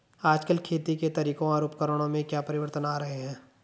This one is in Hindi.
आजकल खेती के तरीकों और उपकरणों में क्या परिवर्तन आ रहें हैं?